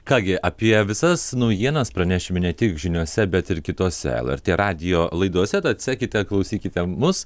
ką gi apie visas naujienas pranešime ne tik žiniose bet ir kitose lrt radijo laidose tad sekite klausykite mus